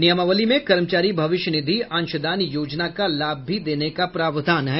नियमावली में कर्मचारी भविष्य निधि अंशदान योजना का लाभ भी देने का प्रावधान है